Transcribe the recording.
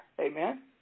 Amen